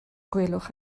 gwelwch